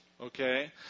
okay